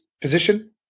position